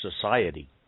society